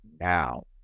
now